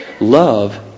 Love